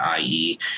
IE